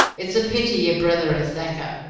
it's a pity yer brither, and thacker,